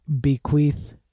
bequeath